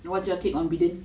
what's your take on biden